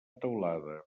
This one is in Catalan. teulada